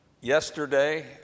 Yesterday